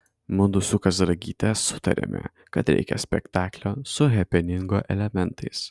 mudu su kazragyte sutarėme kad reikia spektaklio su hepeningo elementais